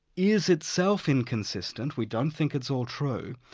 is itself inconsistent we don't think it's all true,